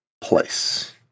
place